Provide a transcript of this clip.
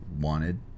wanted